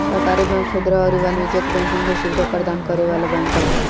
सहकारी बैंक खुदरा अउरी वाणिज्यिक बैंकिंग के सुविधा प्रदान करे वाला बैंक हवे